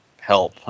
help